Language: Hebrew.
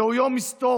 זהו יום היסטורי.